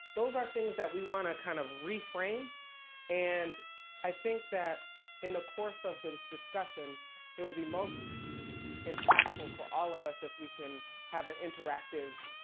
those are things that we wanna kind of, reframe and i think that in the course of this discussion it would be most impactful for all of us if we can have a interactive,